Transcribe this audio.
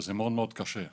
וזה מאוד מאוד קשה.